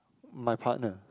my partner